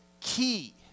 key